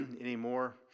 anymore